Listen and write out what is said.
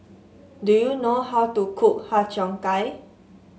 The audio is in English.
do you know how to cook Har Cheong Gai